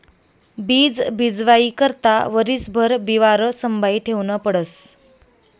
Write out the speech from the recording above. बीज बीजवाई करता वरीसभर बिवारं संभायी ठेवनं पडस